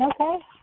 okay